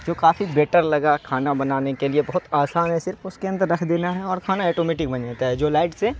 جو کافی بیٹر لگا کھانا بنانے کے لیے بہت آسان ہے صرف اس کے اندر رکھ دینا ہے اور کھانا ایٹومیٹک بن جاتا ہے جو لائٹ سے